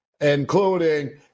including